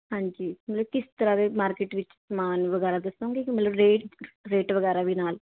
ਹਾਂਜੀ ਮਤਲਬ ਕਿਸ ਤਰ੍ਹਾਂ ਦੇ ਮਾਰਕੀਟ ਵਿੱਚ ਸਮਾਨ ਵਗੈਰਾ ਦੱਸੂਗੇ ਕਿ ਮਤਲਬ ਰੇਟ ਰੇਟ ਵਗੈਰਾ ਵੀ ਨਾਲ